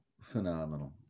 phenomenal